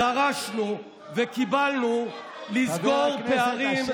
דרשנו וקיבלנו לסגור פערים,